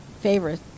favorite